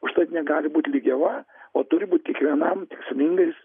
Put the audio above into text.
užtat negali būt lygiava o turi būt kiekvienam tikslingai